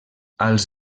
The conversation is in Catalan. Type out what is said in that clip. als